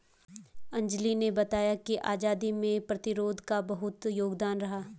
अंजली ने बताया कि आजादी में कर प्रतिरोध का बहुत योगदान रहा